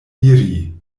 iri